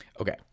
okay